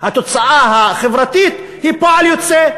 התוצאה החברתית היא פועל יוצא.